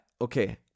Okay